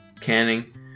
canning